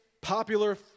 popular